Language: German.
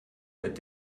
mit